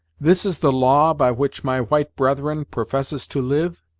this is the law by which my white brethren professes to live?